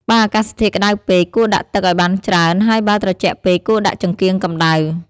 បើអាកាសធាតុក្តៅពេក គួរដាក់ទឹកឲ្យបានច្រើន ហើយបើត្រជាក់ពេក គួរដាក់ចង្កៀងកម្តៅ។